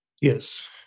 Yes